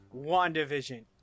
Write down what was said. WandaVision